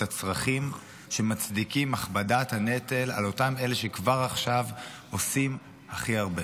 הצרכים שמצדיקים את הכבדת הנטל על אותם אלה שכבר עכשיו עושים הכי הרבה.